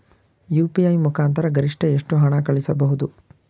UPI ಮುಖಾಂತರ ಗರಿಷ್ಠ ಎಷ್ಟು ಹಣ ಕಳಿಸಬಹುದು?